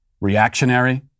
reactionary